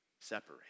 separate